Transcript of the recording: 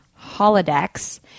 Holodex